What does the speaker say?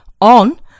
on